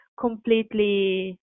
completely